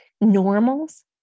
normals